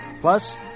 plus